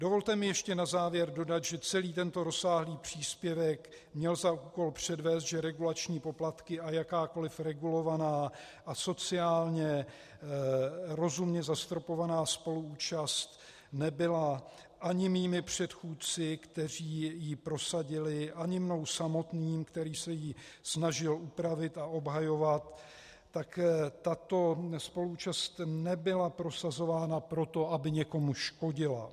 Dovolte mi ještě na závěr dodat, že celý tento rozsáhlý příspěvek měl za úkol předvést, že regulační poplatky a jakákoli regulovaná a sociálně rozumně zastropovaná spoluúčast nebyla ani mými předchůdci, kteří ji prosadili, ani mnou samotným, který se ji snažil upravit a obhajovat, tato spoluúčast nebyla prosazována pro to, aby někomu škodila.